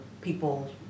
people